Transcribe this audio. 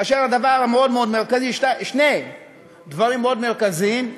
ושני דברים מאוד מרכזיים,